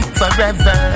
forever